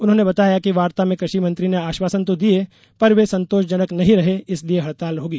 उन्होंने बताया कि वार्ता में कृषि मंत्री ने आश्वासन तो दिए पर वे संतोषजनक नहीं रहे इसलिए हड़ताल होगी